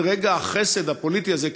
את רגע החסד הפוליטי הזה,